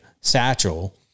satchel